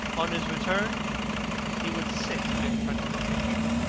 on his return he would sit in front of the picture,